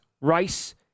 Rice